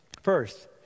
First